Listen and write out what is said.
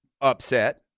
upset